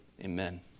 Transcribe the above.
Amen